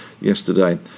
yesterday